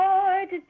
Lord